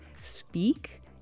speak